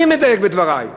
אני מדייק בדברי.